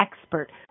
expert